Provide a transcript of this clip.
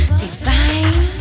divine